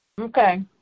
Okay